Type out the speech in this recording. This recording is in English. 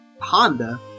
Honda